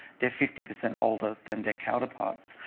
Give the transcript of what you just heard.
they're fifty percent older than their counterparts.